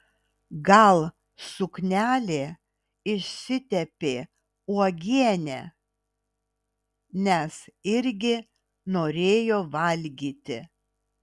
gal suknelė išsitepė uogiene nes irgi norėjo valgyti